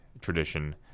tradition